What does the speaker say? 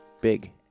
big